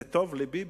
זה טוב לביבי,